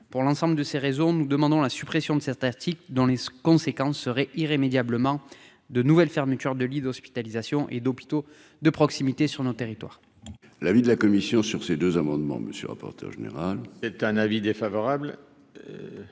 pour l'ensemble de ces raisons, nous demandons la suppression de certains articles dont les conséquences seraient irrémédiablement de nouvelles fermetures de lits d'hospitalisation et d'hôpitaux de proximité sur leur territoire. L'avis de la commission sur ces deux amendements monsieur rapporteur général. C'est un avis défavorable,